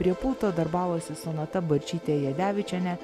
prie pulto darbavosi sonata barčytė jadevičienė